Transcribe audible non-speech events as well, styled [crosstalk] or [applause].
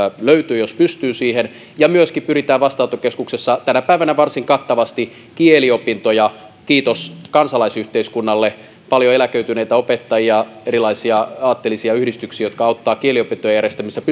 löytyy ja jos pystyy siihen ja myöskin pyritään vastaanottokeskuksessa tänä päivänä varsin kattavasti monelle kieliopintoja tarjoamaan kiitos kansalaisyhteiskunnalle paljon eläköityneitä opettajia erilaisia aatteellisia yhdistyksiä jotka auttavat kieliopintojen järjestämisessä [unintelligible]